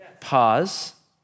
Pause